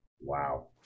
Wow